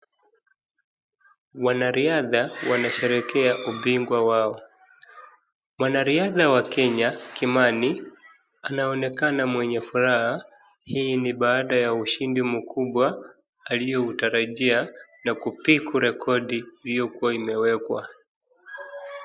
Wanariadha wanasherehekea ubingwa wao. Mwanariadha wa Kenya, Kimani anaonekana mwenye furaha, hii ni baada ya ushindi mkubwa alioutarajia na kupiku rekodi iliokuwa imewekwa.